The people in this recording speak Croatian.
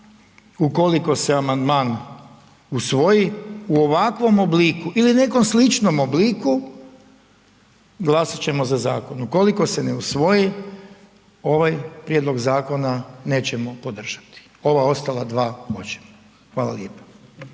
ukoliko se amandman usvoji, u ovakvom obliku ili nekom sličnom obliku, glasovat ćemo za zakon, ukoliko se ne usvoji, ovaj prijedlog zakona nećemo podržati. Ova ostala dva, može, hvala lijepo.